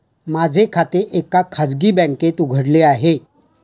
माझे खाते एका खाजगी बँकेत उघडले आहे